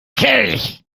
kelch